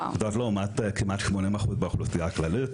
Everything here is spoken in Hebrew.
זאת לעומת כמעט 80% באוכלוסייה הכללית.